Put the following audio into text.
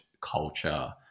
culture